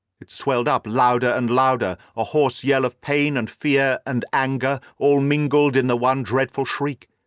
it swelled up louder and louder, a hoarse yell of pain and fear and anger all mingled in the one dreadful shriek.